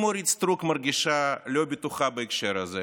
אם אורית סטרוק מרגישה לא בטוחה בהקשר הזה